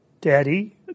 daddy